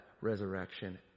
resurrection